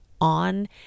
on